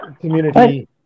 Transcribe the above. community